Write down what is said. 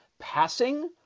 Passing